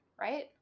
Right